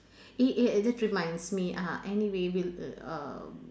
eh eh eh that reminds me uh anyway we'll err uh